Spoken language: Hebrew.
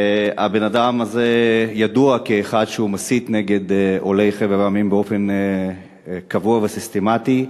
הבן-אדם הזה ידוע כאחד שמסית נגד עולי חבר המדינות באופן קבוע וסיסטמטי.